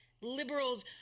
Liberals